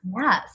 Yes